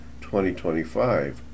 2025